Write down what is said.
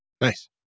Nice